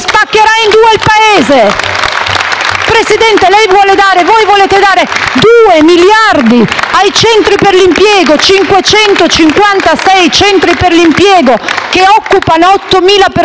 e FdI)*. Presidente, voi volete dare due miliardi ai centri per l'impiego; 556 centri per l'impiego che occupano 8.000 persone,